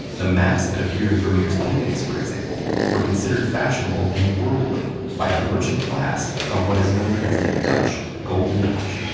the maps that appear in vermeer's paintings, for example, were considered fashionable and worldly by the merchant class of what is known as the dutch golden age.